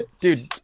dude